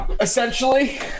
Essentially